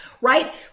right